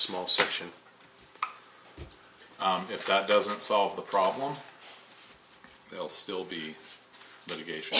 small section if that doesn't solve the problem they'll still be litigation